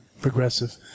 progressive